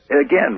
again